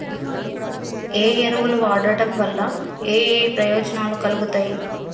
ఏ ఎరువులు వాడటం వల్ల ఏయే ప్రయోజనాలు కలుగుతయి?